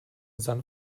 san